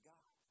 God